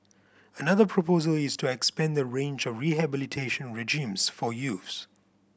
another proposal is to expand the range of rehabilitation regimes for youths